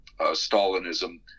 Stalinism